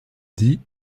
dit